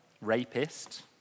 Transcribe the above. rapist